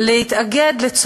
הוא חוק חשוב,